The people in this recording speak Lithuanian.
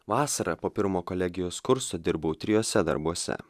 vasarą po pirmo kolegijos kurso dirbau trijuose darbuose